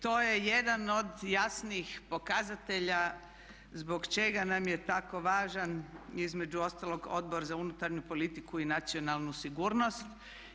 To je jedan od jasnih pokazatelja zbog čega nam je tako važan između ostalog Odbor za unutarnju politiku i nacionalnu sigurnost.